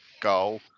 goal